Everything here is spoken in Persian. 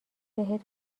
بهت